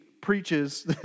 preaches